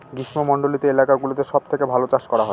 গ্রীষ্মমন্ডলীত এলাকা গুলোতে সব থেকে ভালো চাষ করা হয়